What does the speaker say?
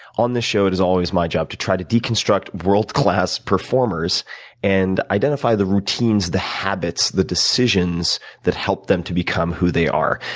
on this show, it is always my job to try to deconstruct world-class performers and identify the routines, the habits, the decisions that help them to become who they are.